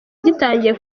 gitangiye